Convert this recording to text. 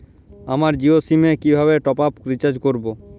আমার Jio sim এ কিভাবে টপ আপ রিচার্জ করবো?